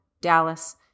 Dallas